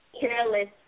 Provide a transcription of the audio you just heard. careless